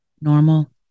normal